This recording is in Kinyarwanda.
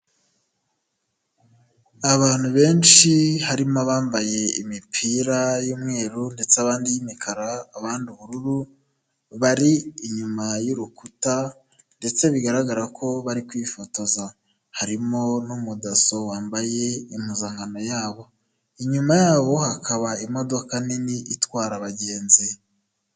Abantu benshi, harimo abambaye imipira y'umweru, ndetse abandi y'imikara, abandi ubururu, bari inyuma y'urukuta, ndetse bigaragara ko bari kwifotoza. Harimo n'umudaso wambaye impuzankano yabo, inyuma yabo hakaba imodoka nini itwara abagenzi.